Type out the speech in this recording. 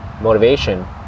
motivation